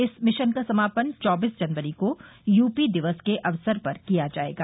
इस मिशन का समापन चौबीस जनवरी को यूपी दिवस के अवसर पर किया जायेगा